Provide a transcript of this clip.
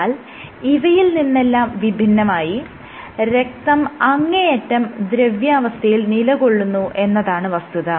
എന്നാൽ ഇവയിൽ നിന്നെല്ലാം വിഭിന്നമായി രക്തം അങ്ങേയറ്റം ദ്രവ്യാവസ്ഥയിൽ നിലകൊള്ളുന്നു എന്നതാണ് വസ്തുത